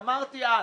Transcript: אמרתי אז